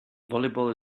volleyball